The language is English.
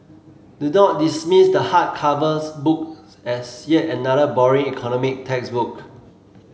do not dismiss the hard covers book as yet another boring economic textbook